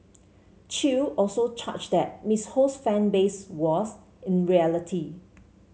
Chew also charged that Miss Ho's fan base was in reality